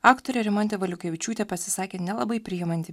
aktorė rimantė valiukevičiūtė pasisakė nelabai priimanti